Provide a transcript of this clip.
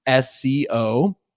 SCO